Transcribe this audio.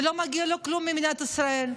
ולא מגיע לו כלום ממדינת ישראל.